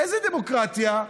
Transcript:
איזו דמוקרטיה?